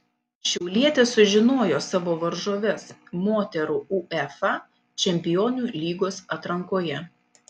šiaulietės sužinojo savo varžoves moterų uefa čempionų lygos atrankoje